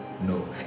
no